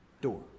door